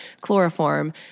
chloroform